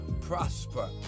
prosper